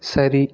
சரி